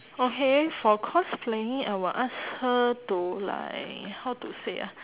okay for cosplaying I will ask her to like how to say ah